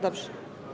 Dobrze.